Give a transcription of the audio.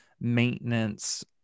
maintenance